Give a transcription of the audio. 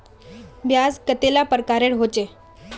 ब्याज कतेला प्रकारेर होचे?